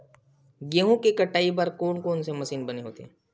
गेहूं के कटाई बर कोन कोन से मशीन बने होथे?